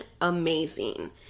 amazing